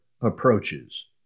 approaches